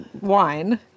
wine